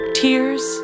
tears